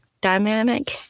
dynamic